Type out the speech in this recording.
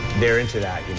they're into that.